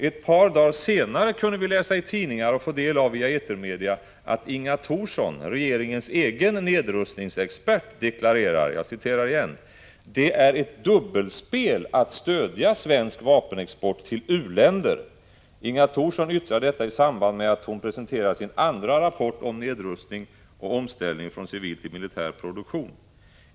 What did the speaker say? Ett par dagar senare kunde vi läsa i tidningarna och via etermedia få del av att Inga Thorsson, regeringens egen nedrustningsexpert, deklarerar följande: Det är ett dubbelspel att stödja svensk vapenexport till u-länder. Inga Thorsson yttrade detta i samband med att hon presenterade sin andra rapport om nedrustning och omställning från civil till militär produktion.